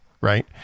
right